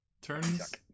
turns